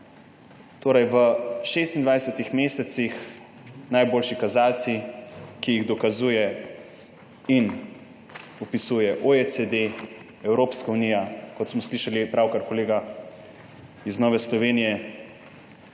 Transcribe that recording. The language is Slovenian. V 26 mesecih najboljši kazalci, ki jih dokazujeta in opisujeta OECD, Evropska unija. Kot smo slišali pravkar kolega iz Nove Slovenije,